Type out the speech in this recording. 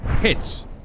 hits